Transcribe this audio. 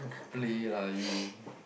play lah you